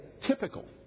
typical